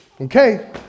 Okay